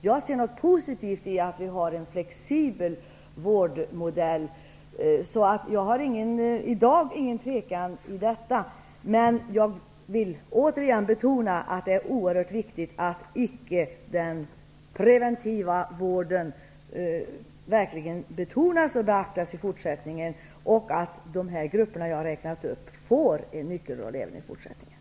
Jag ser något positivt i att vi har ett flexibelt vårdbehov. Jag tvekar i dag inte inför detta. Det är oerhört viktigt att den preventiva vården verkligen betonas och beaktas i fortsättningen och att de grupper som jag har räknat upp får en nyckelroll även i fortsättningen.